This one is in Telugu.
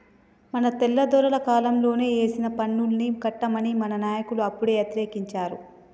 మన తెల్లదొరల కాలంలోనే ఏసిన పన్నుల్ని కట్టమని మన నాయకులు అప్పుడే యతిరేకించారు